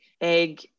egg